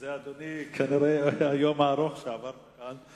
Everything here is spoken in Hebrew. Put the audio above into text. וזה כנראה בגלל היום הארוך שעברנו כאן.